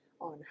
on